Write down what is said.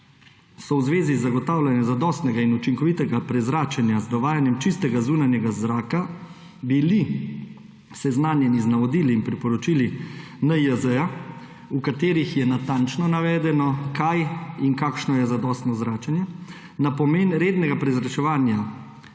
v zvezi z zagotavljanjem zadostnega in učinkovitega prezračenja z dovajanjem čistega zunanjega zraka seznanjeni z navodili in priporočili NIJZ, v katerih je natančno navedeno, kaj in kakšno je zadostno ozračenje. Na pomen rednega prezračevanja,